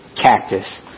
Cactus